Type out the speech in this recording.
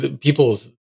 people's